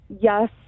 yes